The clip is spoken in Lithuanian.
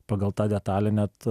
pagal tą detalę net